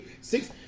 six